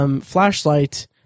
flashlight